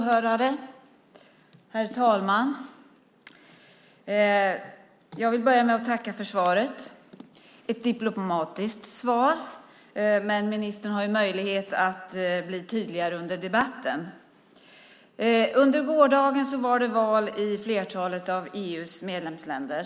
Herr talman! Åhörare! Jag vill börja med att tacka för svaret. Det var ett diplomatiskt svar, men ministern har ju möjlighet att bli tydligare under debatten. Under gårdagen var det val i flertalet av EU:s medlemsländer.